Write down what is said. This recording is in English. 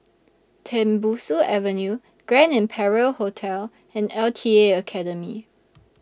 Tembusu Avenue Grand Imperial Hotel and L T A Academy